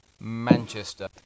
Manchester